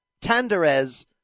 Tanderez